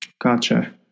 Gotcha